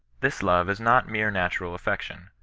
this love is not mere natural affec tion,